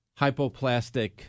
hypoplastic